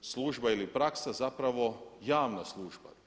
služba ili praksa zapravo javna služba.